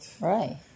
Right